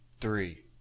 three